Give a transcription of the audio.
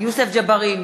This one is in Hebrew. יוסף ג'בארין,